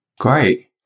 Great